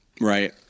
right